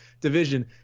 division